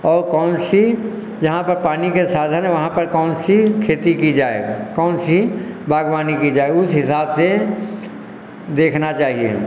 और कौन सी जहाँ पर पानी के साधन हैं वहाँ पर कौन सी खेती की जाए कौन सी बागवानी की जाए उस हिसाब से देखना चाहिए